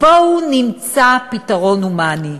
בואו נמצא פתרון הומני.